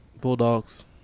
Bulldogs